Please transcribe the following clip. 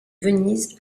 venise